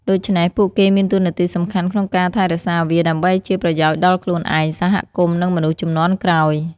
ដូច្នេះ ពួកគេមានតួនាទីសំខាន់ក្នុងការថែរក្សាវា ដើម្បីជាប្រយោជន៍ដល់ខ្លួនឯង សហគមន៍ និងមនុស្សជំនាន់ក្រោយ។